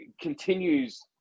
continues